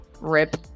Rip